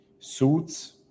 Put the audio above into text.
Suits